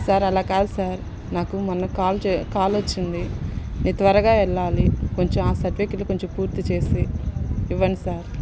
sir అలా కాదు sir నాకు మొన్న కాల్ చెయ్యి కాల్ వచ్చింది నే త్వరగా వెళ్ళాలి కొంచెం ఆ సర్టిఫికేట్ కొంచెం పూర్తి చేసి ఇవ్వండి సార్